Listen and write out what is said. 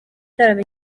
igitaramo